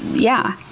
yeah.